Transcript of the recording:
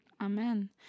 Amen